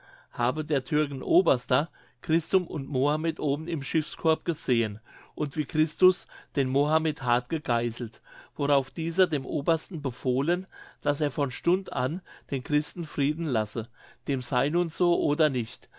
habe der türken oberster christum und mahomet oben im schiffkorb gesehen und wie christus den mahomet hart gegeißelt worauf dieser dem obersten befohlen daß er von stund an den christen frieden lasse dem sey nun so oder nicht